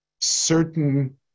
certain